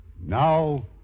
Now